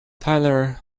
tyler